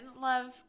love –